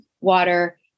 water